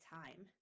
time